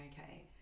okay